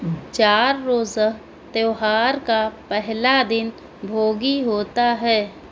چار روزہ تیوہار کا پہلا دن بھوگی ہوتا ہے